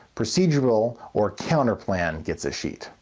procedural, or counterplan gets a sheet.